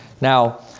Now